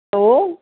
hello